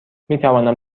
میتوانم